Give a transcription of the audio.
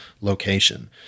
location